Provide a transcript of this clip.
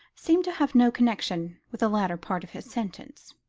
seemed to have no connection with the latter part of his sentence.